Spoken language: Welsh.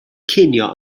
cinio